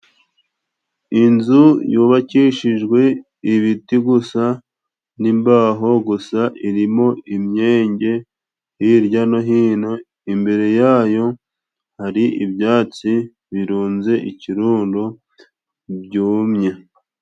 Inzu yubakishijwe ibiti gusa ni'mbaho gusa. Irimo imyenge hirya no hino, imbere yayo hari ibyatsi birunze ikirundo byumye.